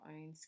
own